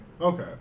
okay